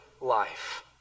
life